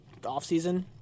offseason